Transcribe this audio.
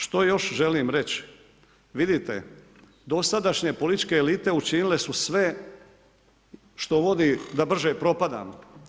Što još želim reći, vidite dosadašnje političke elite učinile su sve što vodi da brže propadamo.